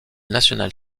nationale